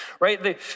Right